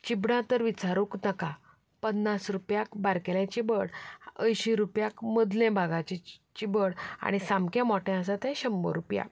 चिबडां तर विचारूच नाका पन्नास रुपयाक बारकेलें चिबड अंयशीं रुपयाक मदलें भागाचें चिबड आनी सामकें मोठें आसा तें शंबर रुपया